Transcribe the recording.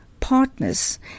partners